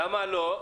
למה לא?